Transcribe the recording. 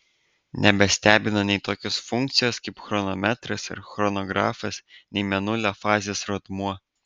nebestebina nei tokios funkcijos kaip chronometras ar chronografas nei mėnulio fazės rodmuo